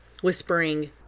whispering